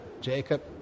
Jacob